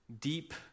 deep